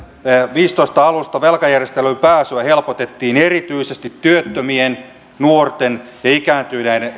viisitoista alusta velkajärjestelyyn pääsyä helpotettiin erityisesti työttömien nuorten ja